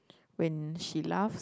when she laughs